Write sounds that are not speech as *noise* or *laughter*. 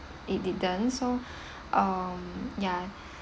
it didn't so *breath* um ya *breath*